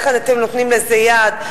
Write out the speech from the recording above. איך אתם נותנים לזה יד.